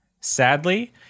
sadly